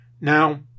Now